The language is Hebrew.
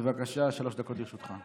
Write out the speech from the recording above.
בבקשה, שלוש דקות לרשותך.